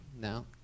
No